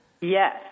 Yes